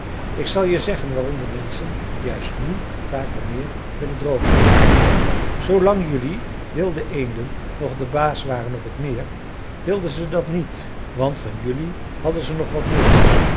ik zal je zeggen waarom de menschen juist nu het takermeer willen droogmaken zoolang jelui wilde eenden nog de baas waren op t meer wilden ze dat niet want van jelui hadden ze nog wat nut